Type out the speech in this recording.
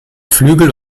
flügel